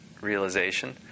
realization